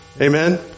Amen